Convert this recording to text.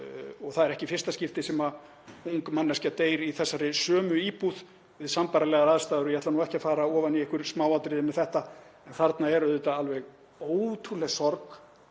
Það er ekki í fyrsta skipti sem ung manneskja deyr í þessari sömu íbúð við sambærilegar aðstæður. Ég ætla ekki að fara ofan í einhver smáatriði um þetta en þarna er alveg ótrúleg sorg,